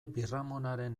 birramonaren